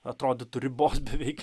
atrodytų ribos beveik